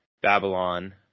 Babylon